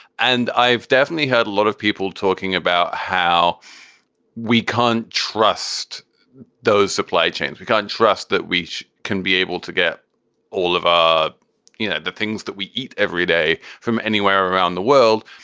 and i've definitely had a lot of people talking about how we can't trust those supply chains. we can't trust that we can be able to get all of um yeah the things that we eat every day from anywhere around the world.